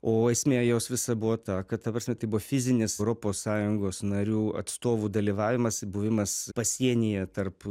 o esmė jos visa buvo ta kad ta prasme tai buvo fizinis europos sąjungos narių atstovų dalyvavimas ir buvimas pasienyje tarp